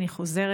אני חוזרת,